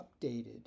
updated